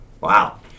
Wow